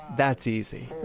that's easy.